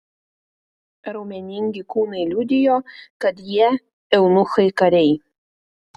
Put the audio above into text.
raumeningi kūnai liudijo kad jie eunuchai kariai